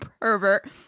pervert